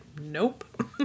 nope